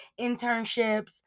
internships